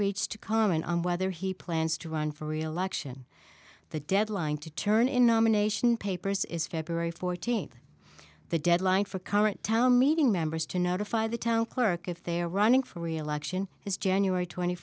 reached to comment on whether he plans to run for reelection the deadline to turn in nomination papers is february fourteenth the deadline for current town meeting members to notify the town clerk if they're running for reelection is january twenty